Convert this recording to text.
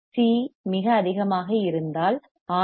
சிC மிக அதிகமாக இருந்தால் ஆர்